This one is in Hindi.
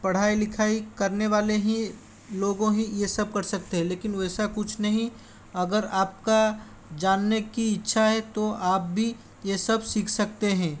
पढ़ाई लिखाई करने वाले ही लोगों ही ये सब कर सकते हैं लेकिन वैसा कुछ नहीं अगर आपका जानने की इच्छा है तो आप भी ये सब सीख सकते हैं